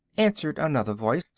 answered another voice,